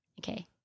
Okay